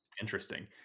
interesting